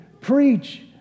preach